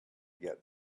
get